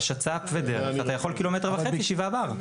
אבל שצ"פ ודרך אתה יכול 1.5 ק"מ 7 בר.